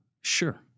Sure